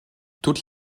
toutes